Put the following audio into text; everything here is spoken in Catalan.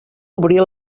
obrir